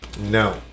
No